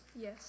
Yes